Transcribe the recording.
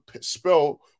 spell